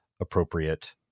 appropriate